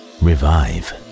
revive